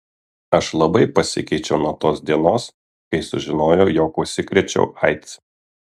aš labai pasikeičiau nuo tos dienos kai sužinojau jog užsikrėčiau aids